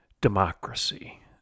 democracy